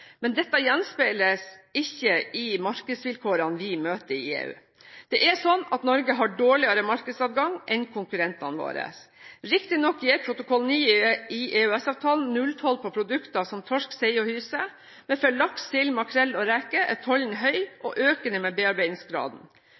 Men dette gjenspeiles ikke i markedsvilkårene vi møter i EU. Norge har dårligere markedsadgang enn konkurrentene våre. Riktignok gir Protokoll 9 i EØS-avtalen nulltoll på produkter som torsk, sei og hyse, men for laks, sild, makrell og reker er tollen høy og økende med bearbeidingsgraden.